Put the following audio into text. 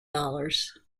dollars